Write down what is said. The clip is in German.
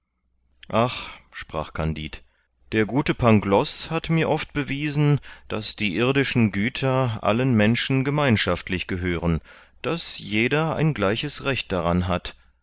ach sprach kandid der gute pangloß hat mir oft bewiesen daß die irdischen güter allen menschen gemeinschaftlich gehören daß jeder ein gleiches recht daran hat